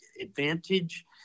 advantage